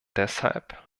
deshalb